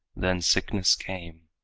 then sickness came,